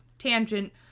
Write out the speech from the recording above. Tangent